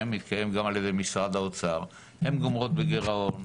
גם על ידי משרד האוצר גומרות בגירעון.